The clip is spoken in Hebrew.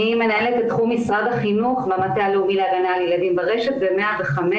אני מנהלת את תחום משרד החינוך במטה הלאומי להגנה על ילדים ברשת ו-105.